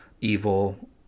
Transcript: evil